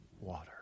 water